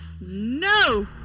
No